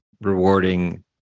rewarding